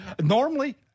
normally